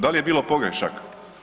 Da li je bilo pogrešaka?